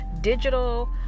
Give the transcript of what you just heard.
digital